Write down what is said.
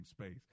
space